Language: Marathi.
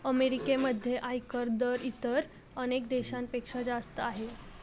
अमेरिकेमध्ये आयकर दर इतर अनेक देशांपेक्षा जास्त आहे